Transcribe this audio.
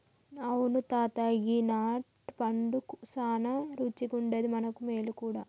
అవును తాత గీ నట్ పండు సానా రుచిగుండాది మనకు మేలు గూడా